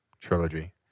trilogy